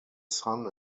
son